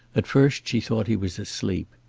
at first she thought he was asleep.